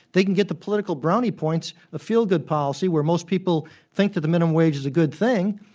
they can get the political brownie points, a feel-good policy, where most people think that the minimum wage is a good thing.